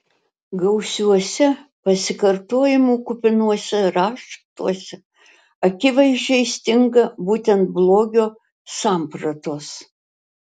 gausiuose pasikartojimų kupinuose raštuose akivaizdžiai stinga būtent blogio sampratos